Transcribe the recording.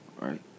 right